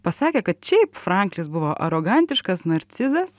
pasakė kad šiaip franklis buvo arogantiškas narcizas